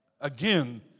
again